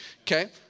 Okay